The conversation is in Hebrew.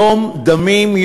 יום דמים,